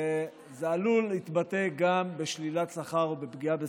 וזה עלול להתבטא גם בשלילת שכר ובפגיעה בשכר,